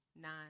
nine